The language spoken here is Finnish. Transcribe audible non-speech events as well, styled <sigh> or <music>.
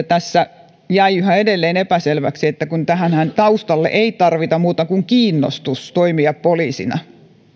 <unintelligible> tässä jäi edelleen epäselväksi että tähänhän taustalle ei tarvita muuta kuin kiinnostus toimia poliisina